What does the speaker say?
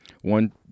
one